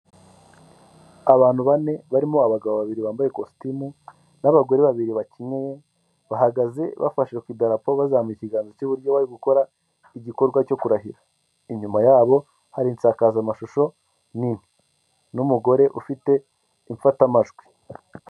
Abantu bane, barimo abagabo babiri bambaye kositimu, n'abagore babiri bakenyeye, bahagaze bafashe ku idarapo, bazamuye ikiganza cy'iburyo, bari gukora igikorwa cyo kurahira. Inyuma yabo hari insakazamashusho nini. N'umugore ufite imfatamajwi.